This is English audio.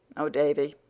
oh, davy!